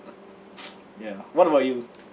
ya what about you